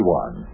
one